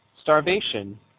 starvation